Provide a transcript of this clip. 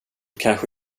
kanske